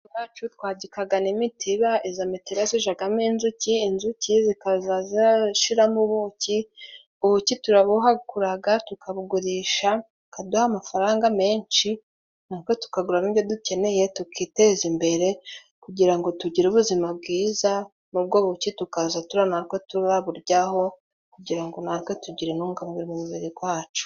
Iwacu twagikaga n'imitiba; izo mitiba zikajamo inzuki ,inzuki zikaza zirashiramo ubuki ,ubuki turabuhakuraga tukabugurisha bakaduha amafaranga menshi tukagura ibyo dukeneye tukiteza imbere, kugira ngo tugire ubuzima bwiza n'ubwo buki tukaza turaburyaho kugira ngo natwe tugire intungamubiri mu mubiri gwacu.